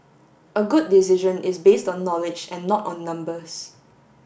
a good decision is based on knowledge and not on numbers